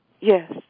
Yes